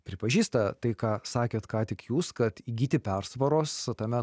pripažįsta tai ką sakėt ką tik jūs kad įgyti persvaros tame